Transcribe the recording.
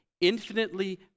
infinitely